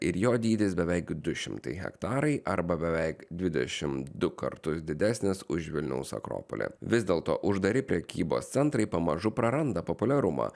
ir jo dydis beveik du šimtai hektarai arba beveik dvidešimt du kartus didesnis už vilniaus akropolį vis dėlto uždari prekybos centrai pamažu praranda populiarumą